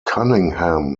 cunningham